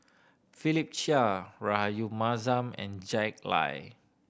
Philip Chia Rahayu Mahzam and Jack Lai